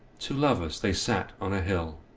two lovers they sat on a hill